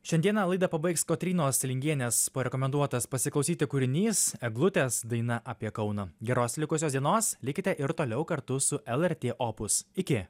šiandieną laidą pabaigs kotrynos lingienės parekomenduotas pasiklausyti kūrinys eglutės daina apie kauną geros likusios dienos likite ir toliau kartu su lrt opus iki